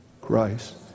Christ